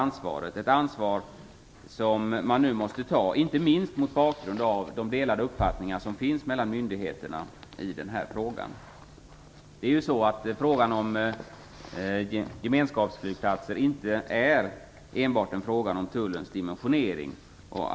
Det är ett ansvar som man nu måste ta, inte minst mot bakgrund av de delade uppfattningar som finns mellan myndigheterna i den här frågan. Frågan om gemenskapsflygplatser är inte enbart en fråga om tullens dimensionering.